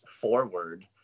forward